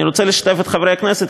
אני רוצה לשתף את חברי הכנסת,